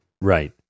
Right